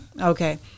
Okay